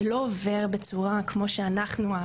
זה לא עובר בצורה כמו שאנחנו,